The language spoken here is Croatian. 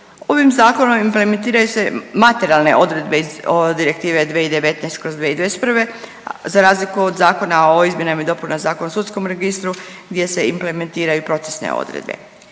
Ovim zakonom implementiraju se materijalne odredbe iz ove Direktive 2019/2021 za razliku od Zakona o izmjenama i dopunama Zakona o sudskom registru gdje se implementiraju procesne odredbe.